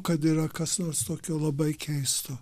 kad yra kas nors tokio labai keisto